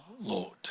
Lord